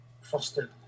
foster